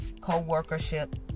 co-workership